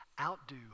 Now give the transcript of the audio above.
outdo